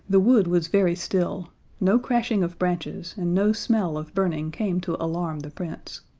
the wood was very still no crashing of branches and no smell of burning came to alarm the prince.